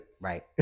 Right